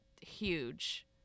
huge